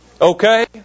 okay